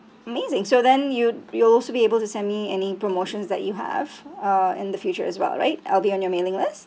amazing so then you you'll also be able to send me any promotions that you have uh in the future as well right I'll be on your mailing list